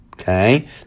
Okay